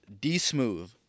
D-Smooth